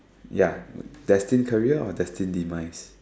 ya destined career or destined demise